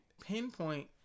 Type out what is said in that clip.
pinpoint